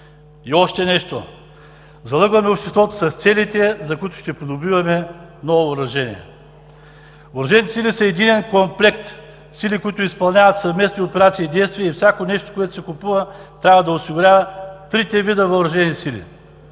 И още нещо – залъгваме обществото с целите, за които ще придобиваме ново въоръжение. Въоръжените сили са единен комплект сили, които изпълняват съвместни операции и действия и всяко нещо, което се купува, трябва да осигурява трите вида въоръжени сили.